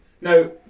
now